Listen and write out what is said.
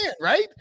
right